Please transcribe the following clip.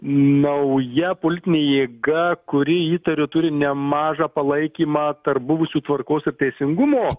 nauja politinė jėga kuri įtariu turi nemažą palaikymą tarp buvusių tvarkos ir teisingumo